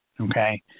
okay